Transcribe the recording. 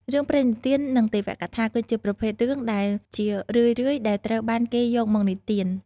រឿងព្រេងនិទាន និងទេវកថា គឺជាប្រភេទរឿងដែលជារឿយៗដែលត្រូវបានគេយកមកនិទាន។